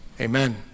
amen